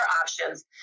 options